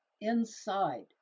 Inside